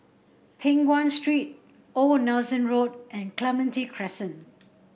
Peng Nguan Street Old Nelson Road and Clementi Crescent